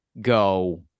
go